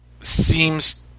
seems